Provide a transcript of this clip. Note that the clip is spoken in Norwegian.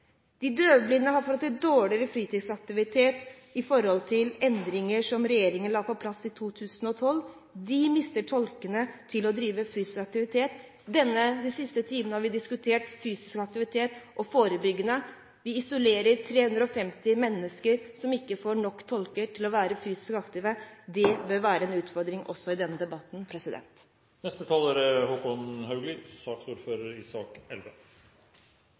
De døvblinde har fått et dårligere tilbud om fritidsaktivitet i forhold til de endringer som regjeringen la på plass i 2012. De mister tolkene som de skal drive fysisk aktivitet sammen med. De siste timene har vi diskutert fysisk aktivitet og forebyggende helse. Vi isolerer 350 mennesker som ikke får tolker nok til at de kan være fysisk aktive. Det bør være en utfordring også i denne debatten.